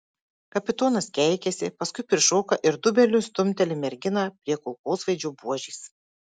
kapitonas keikiasi paskui prišoka ir dubeniu stumteli merginą prie kulkosvaidžio buožės